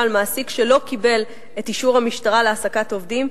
על מעסיק שלא קיבל את אישור המשטרה להעסקת עובדים,